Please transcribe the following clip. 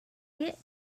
get